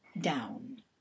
down